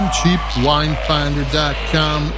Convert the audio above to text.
CheapWineFinder.com